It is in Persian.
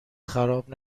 خراب